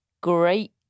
great